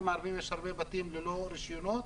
בתים ללא רישיונות,